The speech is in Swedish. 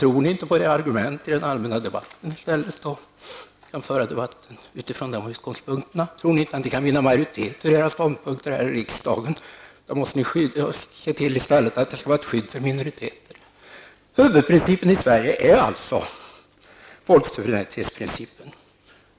Tror ni inte på era argument i den allmänna debatten, eftersom ni inte kan föra debatten utifrån de utgångspunkterna? Tror ni inte att ni kan vinna majoritet för era ståndpunkter här i riksdagen, eftersom ni måste se till att det finns ett skydd för minoriteter? Huvudprincipen i Sverige är folksuveränitetsprincipen.